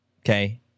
okay